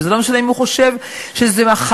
וזה לא משנה אם הוא חושב שזו מחלה,